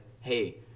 hey